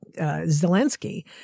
Zelensky